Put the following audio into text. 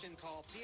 call